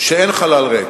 שאין חלל ריק,